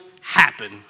happen